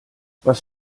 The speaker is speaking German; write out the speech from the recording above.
was